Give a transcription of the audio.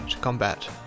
combat